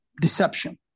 deception